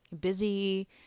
busy